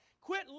Quit